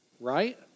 right